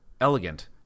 elegant